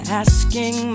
asking